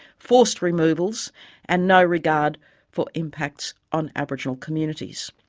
forced removals and no regard for impacts on aboriginal communities.